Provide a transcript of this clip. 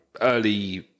early